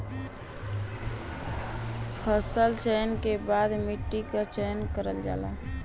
फसल चयन के बाद मट्टी क चयन करल जाला